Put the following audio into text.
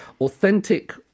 Authentic